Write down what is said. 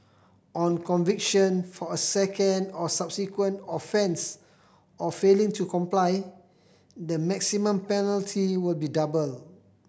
on conviction for a second or subsequent offence of failing to comply the maximum penalty will be doubled